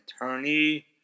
attorney